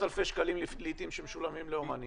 אלפי שקלים לעיתים שמשולמים לאומנים.